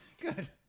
Good